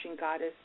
goddess